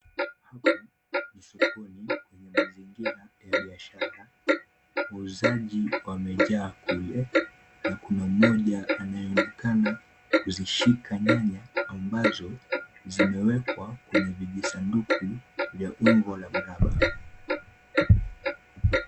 Hapa ni sokoni yenye mazingira ya biashara. Wauzaji wamejaa kule, na kuna mmoja anayeonekana kuzishika nyanya ambazo zimewekwa kwenye vijisanduku vya umbo la miraba.